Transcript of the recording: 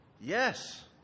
Yes